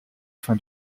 fin